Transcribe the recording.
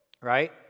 right